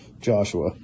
joshua